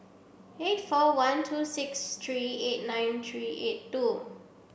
eight four one two six three eight nine three eight two